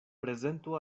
prezentu